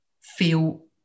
feel